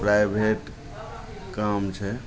private काम छै